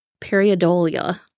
periodolia